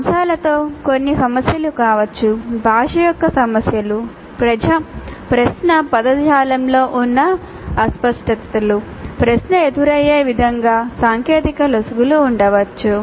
అంశాలతో కొన్ని సమస్యలు కావచ్చు భాష యొక్క సమస్యలు ప్రశ్న పదజాలంలో ఉన్న అస్పష్టతలు ప్రశ్న ఎదురయ్యే విధంగా సాంకేతిక లొసుగులు ఉండవచ్చు